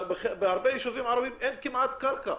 בהרבה ישובים ערבים אין כמעט קרקע